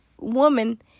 woman